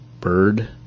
bird